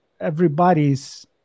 everybody's